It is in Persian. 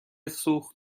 سوخت